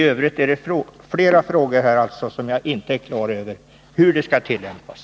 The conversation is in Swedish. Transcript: I övrigt är jag på många punkter inte klar över hur reglerna skall tillämpas.